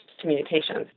communications